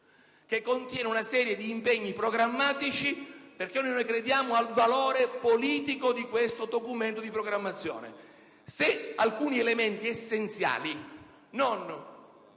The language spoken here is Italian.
che contiene una serie di impegni programmatici, perché noi crediamo al valore politico di questo Documento di programmazione. Se alcuni elementi essenziali